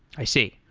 i see.